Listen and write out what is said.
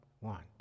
want